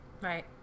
Right